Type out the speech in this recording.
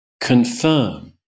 confirm